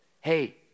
hey